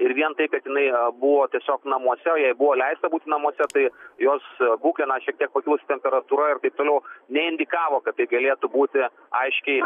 ir vien tai kad jinai buvo tiesiog namuose o jai buvo leista būt namuose tai jos būklė na šiek tiek pakilusi temperatūra ir taip toliau neindikavo kad tai galėtų būti aiškiai